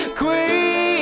queen